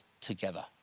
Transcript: together